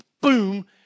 boom